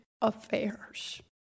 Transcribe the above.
affairs